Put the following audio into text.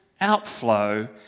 outflow